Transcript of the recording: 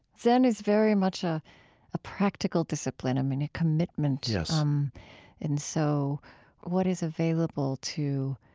zen is very much ah a practical discipline, um and a commitment yes um and so what is available to